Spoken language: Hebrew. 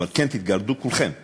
אבל כן, תתגרדו כולכם באי-נוחות,